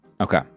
Okay